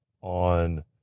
on